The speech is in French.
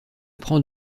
prend